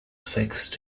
fixed